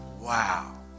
wow